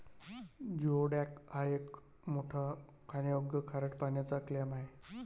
geoduck हा एक मोठा खाण्यायोग्य खारट पाण्याचा क्लॅम आहे